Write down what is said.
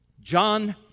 John